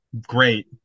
great